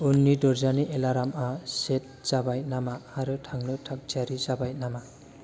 उननि दरजानि एलार्मा सेट जाबाय नामा आरो थांनो थाखथियारि जाबाय नामा